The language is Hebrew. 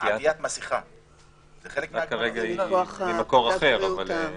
זה ממקור אחר.